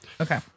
Okay